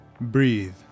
Breathe